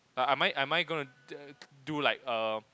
err am I am I gonna do like err